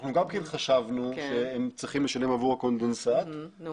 אנחנו גם כן חשבנו שהם צריכים לשלם עבור הקונדנסנט אבל